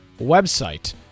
website